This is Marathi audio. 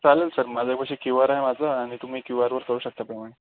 चालेल सर माझ्यापशी क्यू आर आहे माझा आणि तुम्ही क्यू आर वर करू शकता पेमेंट